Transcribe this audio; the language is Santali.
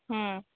ᱦᱮᱸ